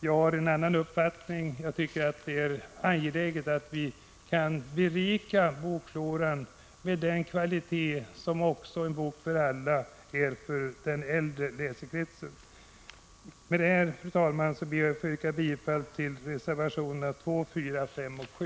Jag har en annan uppfattning — jag tycker att det är angeläget att vi kan berika bokfloran med böcker av den kvaliteten också för den äldre läsekretsen. Med det här, fru talman, ber jag att få yrka bifall till reservationerna 2, 3, 5 och 7.